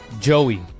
Joey